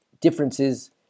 Differences